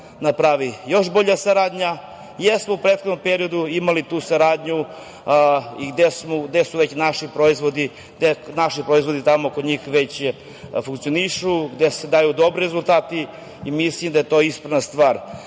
napravi još bolja saradnja, jer smo u prethodnom periodu imali tu saradnju i gde su već naši proizvodi tamo kod njih već funkcionišu, gde se daju dobri rezultati i mislim da je to ispravna stvar. Inače,